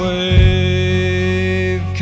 Wave